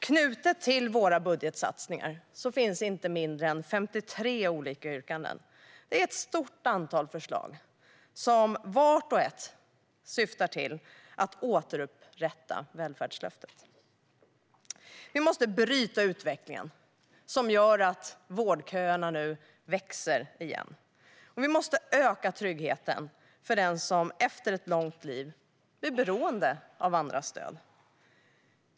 Knutet till våra budgetsatsningar finns inte mindre än 53 olika yrkanden. Det är ett stort antal förslag som vart och ett syftar till att återupprätta välfärdslöftet. Vi måste bryta den utveckling som gör att vårdköerna nu åter växer. Vi måste öka tryggheten för den som efter ett långt liv blir beroende av andras stöd.